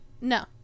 No